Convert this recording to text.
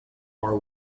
are